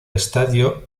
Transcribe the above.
estadio